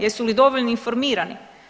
Jesu li dovoljno informirani?